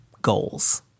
goals